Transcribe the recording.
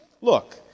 Look